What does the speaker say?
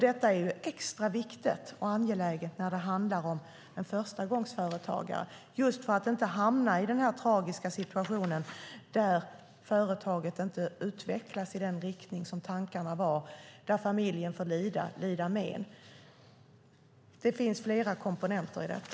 Det är extra viktigt och angeläget när det handlar om en förstagångsföretagare, just för att inte hamna i den tragiska situationen där företaget inte utvecklas i den riktning som tankarna var och där familjen får lida men. Det finns flera komponenter i detta.